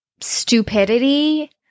stupidity